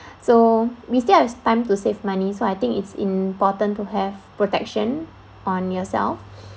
so we still have time to save money so I think it's important to have protection on yourself